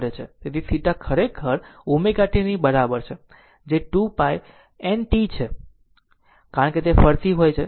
તેથી θ ખરેખર ω t ની બરાબર છે જે 2 π n t છે કારણ કે તે ફરતી હોય છે